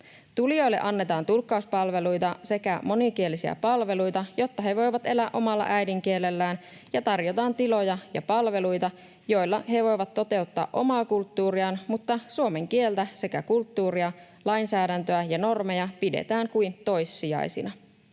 tulijoille annetaan tulkkauspalveluita sekä monikielisiä palveluita, jotta he voivat elää omalla äidinkielellään, ja tarjotaan tiloja ja palveluita, joilla he voivat toteuttaa omaa kulttuuriaan, mutta suomen kieltä sekä kulttuuria, lainsäädäntöä ja normeja pidetään kuin toissijaisina.